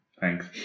thanks